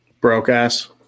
Broke-ass